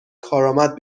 کارآمد